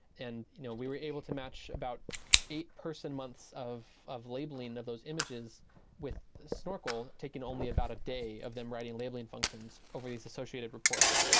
and you know we were able to match about eight-person months of of labeling of those images with snorkel taking only about a day of them writing labeling functions over these associated reports.